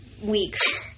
weeks